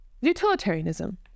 utilitarianism